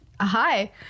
Hi